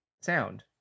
sound